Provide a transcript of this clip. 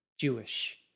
Jewish